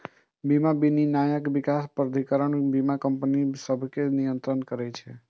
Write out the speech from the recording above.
बीमा विनियामक विकास प्राधिकरण बीमा कंपनी सभकें नियंत्रित करै छै